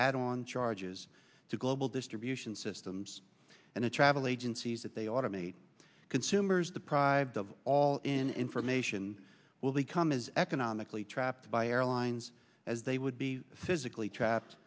add on charges to global distribution systems and the travel agencies that they automate consumers the private of all information will become is economically trapped by airlines as they would be physically trapped